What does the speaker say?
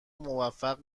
موفق